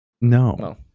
No